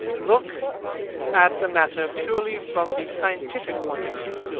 look at the matter purely from the scientific point of view.